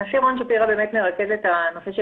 הנשיא רון שפירא באמת מרכז את הנושא של